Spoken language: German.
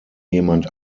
jemand